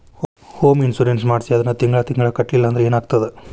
Home insurance ಮಾಡ್ಸಿ ಅದನ್ನ ತಿಂಗ್ಳಾ ತಿಂಗ್ಳಾ ಕಟ್ಲಿಲ್ಲಾಂದ್ರ ಏನಾಗ್ತದ?